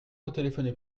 retéléphoner